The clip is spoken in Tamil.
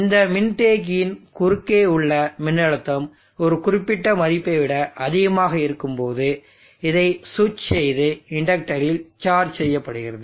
இந்த மின்தேக்கியின் குறுக்கே உள்ள மின்னழுத்தம் ஒரு குறிப்பிட்ட மதிப்பை விட அதிகமாக இருக்கும் போது இதை சுவிட்ச் செய்து இண்டக்டரில் சார்ஜ் சேமிக்கப்படுகிறது